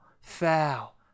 foul